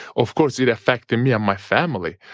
of course it affected me and my family.